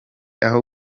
aho